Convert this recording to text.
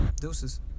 deuces